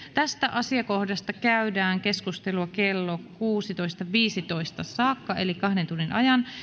tästä asiakohdasta käydään keskustelua kello kuusitoista viisitoista saakka eli kahden tunnin ajan